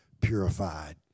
purified